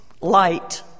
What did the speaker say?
light